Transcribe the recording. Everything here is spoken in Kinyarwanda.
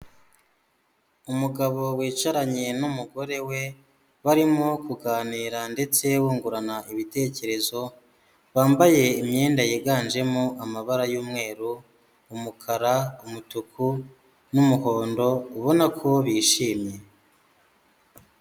Umugabo wicaranye n'umugore we barimo kuganira ndetse bungurana ibitekerezo, bambaye imyenda yiganjemo amabara y'umweru, umukara, umutuku n'umuhondo ubona ko bishimye.